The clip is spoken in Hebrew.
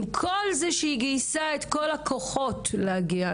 עם כל זה שהיא גייסה את כל הכוחות להגיע.